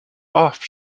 off